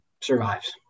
survives